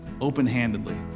open-handedly